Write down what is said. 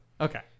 Okay